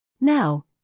Now